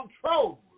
control